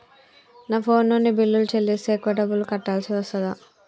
నా ఫోన్ నుండి బిల్లులు చెల్లిస్తే ఎక్కువ డబ్బులు కట్టాల్సి వస్తదా?